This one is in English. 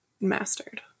mastered